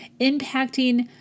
impacting